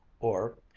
or,